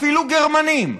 אפילו גרמנים,